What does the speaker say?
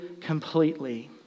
completely